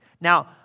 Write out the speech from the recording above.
Now